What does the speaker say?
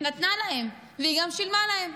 נתנה להם, והיא גם שילמה להם.